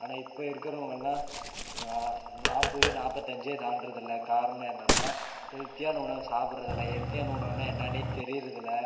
ஆனால் இப்போ இருக்கிறவங்கள்லாம் நா நாற்பது நாற்பத்தஞ்சே தாண்டுறதில்லை காரணம் என்னென்னால் ஹெல்த்தியான உணவை சாப்பிட்றதில்ல ஹெல்த்தியான உணவுன்னால் என்னான்னே தெரிகிறதில்ல